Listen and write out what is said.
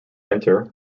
enter